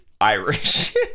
irish